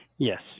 Yes